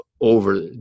over